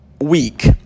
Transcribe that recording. week